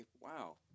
wow